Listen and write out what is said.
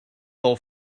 del